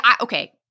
Okay